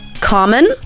Common